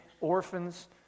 orphans